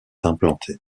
implantée